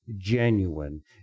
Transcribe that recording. genuine